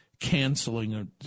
canceling